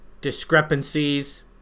discrepancies